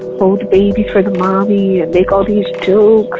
hold babies for the mommy, and make all these jokes.